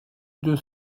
deux